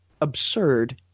absurd